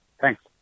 Thanks